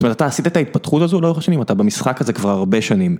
אבל אתה עשית את ההתפתחות הזו לאורך השנים, אתה במשחק הזה כבר הרבה שנים.